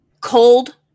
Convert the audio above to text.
cold